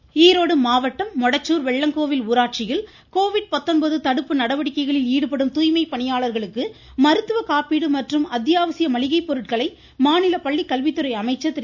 செங்கோட்டையன் ஈரோடு மாவட்டம் மொடச்சூர் வெள்ளங்கோவில் ஊராட்சியில் கோவிட் தடுப்பு நடவடிக்கைகளில் ஈடுபடும் தூய்மை பணியாளர்களுக்கு மருத்துவ காப்பீடு மற்றும் அத்யாவசிய மளிகைபொருட்களை மாநில பள்ளிக்கல்வித்துறை அமைச்சர் திரு